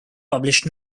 published